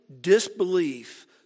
disbelief